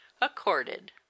accorded